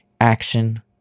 Action